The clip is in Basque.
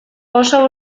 oso